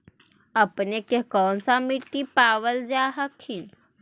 अपने के कौन सा मिट्टीया पाबल जा हखिन?